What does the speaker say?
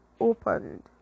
opened